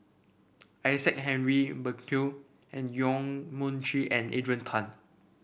Isaac Henry Burkill and Yong Mun Chee and Adrian Tan